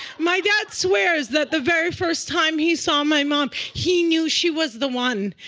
my dad swears that the very first time he saw my mom, he knew she was the one.